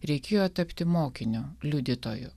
reikėjo tapti mokiniu liudytoju